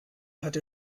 hat